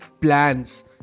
plans